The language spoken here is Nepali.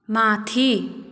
माथि